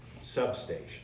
substation